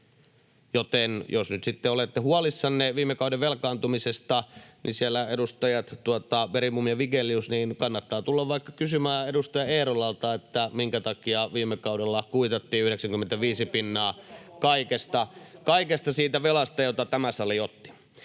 olette huolissanne viime kauden velkaantumisesta, niin, edustajat Bergbom ja Vigelius, kannattaa tulla vaikka kysymään edustaja Eerolalta, minkä takia viime kaudella kuitattiin 95 pinnaa kaikesta [Juho Eerola: Nouseva polvi ei